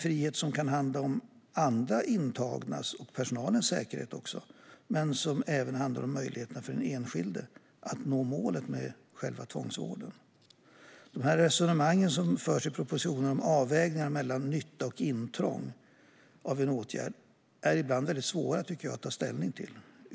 Friheten kan handla om andra intagnas och personalens säkerhet, men även om möjligheterna för den enskilde att nå målet med själva tvångsvården. De resonemang som förs i propositionen om avvägningar mellan nytta och intrång i samband med en åtgärd är ibland väldigt svåra att ta ställning till.